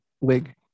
wig